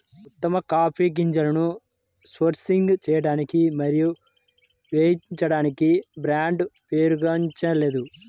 ఉత్తమ కాఫీ గింజలను సోర్సింగ్ చేయడానికి మరియు వేయించడానికి బ్రాండ్ పేరుగాంచలేదు